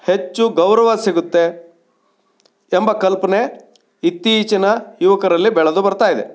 ಹೆಚ್ಚು ಗೌರವ ಸಿಗುತ್ತೆ ಎಂಬ ಕಲ್ಪನೆ ಇತ್ತೀಚಿನ ಯುವಕರಲ್ಲಿ ಬೆಳೆದು ಬರ್ತಾ ಇದೆ